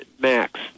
max